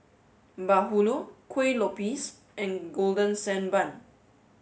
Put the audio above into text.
Bahulu Kuih Lopes and golden sand bun